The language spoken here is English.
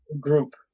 group